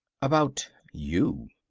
about you.